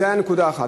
זו נקודה אחת.